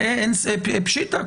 זה, אין, פשיטא.